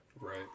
Right